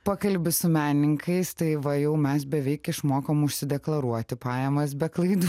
pakalbi su menininkais tai va jau mes beveik išmokom užsideklaruoti pajamas be klaidų